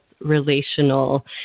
relational